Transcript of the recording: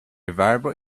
viable